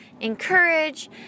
encourage